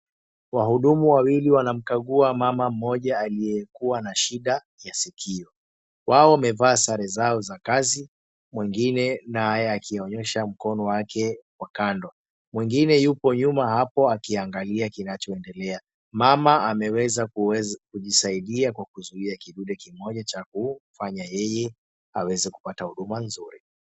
Wahudumu wawili wanamkagua mama mmoja aliyekuwa na shida ya sikio. Wao wamevaa sare zao za kazi, mwengine naye akionyesha mkono wake wa kando. Mwengine yuko nyuma hapo akiangalia kinachoendelea. Mama ameweza kujisaidia kwa kuzuia kidude kimoja cha kufanya yeye apate kupata huduma nzuri.